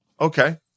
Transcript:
okay